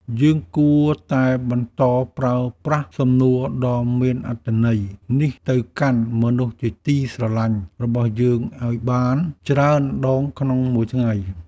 យើងគួរតែបន្តប្រើប្រាស់សំណួរដ៏មានអត្ថន័យនេះទៅកាន់មនុស្សជាទីស្រឡាញ់របស់យើងឱ្យបានច្រើនដងក្នុងមួយថ្ងៃ។